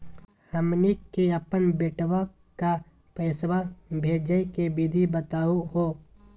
हमनी के अपन बेटवा क पैसवा भेजै के विधि बताहु हो?